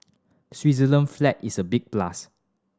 Switzerland flag is a big plus